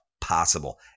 possible